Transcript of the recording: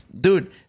dude